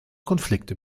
konflikte